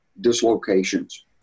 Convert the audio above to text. dislocations